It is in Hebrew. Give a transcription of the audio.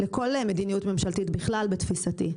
לכל מדיניות ממשלתית בכלל בתפיסתי,